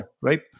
right